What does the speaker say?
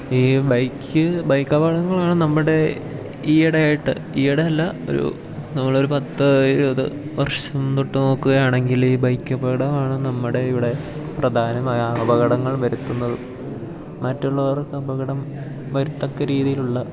ഈ bike bike അപകടങ്ങളാണ് നമ്മുടെ ഈയിടെയായിട്ട് ഈയിടെയല്ല ഒരു നമ്മളൊരു പത്ത് ഇരുപത് വർഷം തൊട്ട് നോക്കുകയാണെങ്കിൽ ബൈക്ക് അപകടമാണ് നമ്മുടെ ഇവിടെ പ്രധാനമായ അപകടങ്ങൾ വരുത്തുന്നതും മറ്റുള്ളവർക്ക് അപകടം വരുത്തക്ക രീതിയിലുള്ള